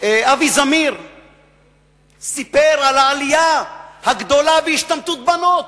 אבי זמיר סיפר על העלייה הגדולה בהשתמטות בנות.